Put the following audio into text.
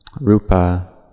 rupa